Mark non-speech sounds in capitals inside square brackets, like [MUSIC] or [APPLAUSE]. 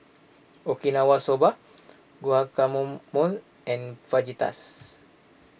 Okinawa Soba Guacamole [UNINTELLIGIBLE] and Fajitas